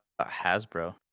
hasbro